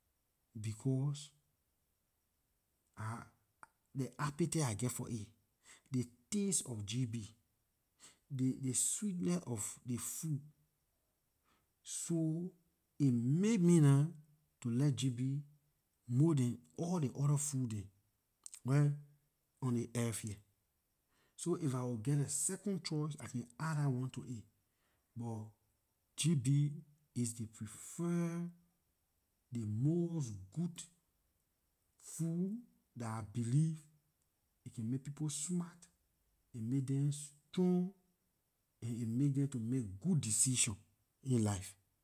Because ley appetite I geh for it ley taste of gb ley sweetness of ley food so aay make me nah to like gb more than all ley allor food dem wer on ley earth here so if I will get a second choice I can add dah one to it but gb is ley prefer the most good food dah I believe aay can make people smart aay make dem strong and it make dem to make good decision in life